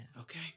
Okay